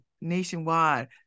nationwide